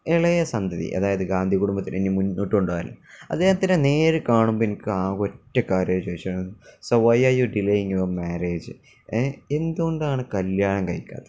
ഇളയ സന്തതി അതായത് ഗാന്ധി കുടുംബത്തിനെ ഇനി മുന്നോട്ടു കൊണ്ടുപോവാന് അദ്ദേഹത്തിനെ നേരില് കാണുമ്പോള് എനിക്ക് ആകെ ഒറ്റ കാര്യമേ ചോദിച്ച് so why are you delaying your marriage എന്തുകൊണ്ടാണ് കല്യാണം കഴിക്കാത്തത്